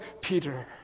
Peter